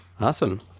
Awesome